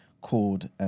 called